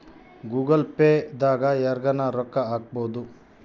Google Pay ದಾಗ ಯರ್ಗನ ರೊಕ್ಕ ಹಕ್ಬೊದು